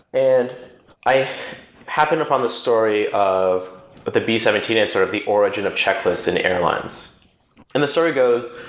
and i happen to find the story of but the b seventeen and sort of the origin of checklists in airlines and the story goes,